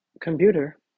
Computer